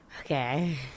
Okay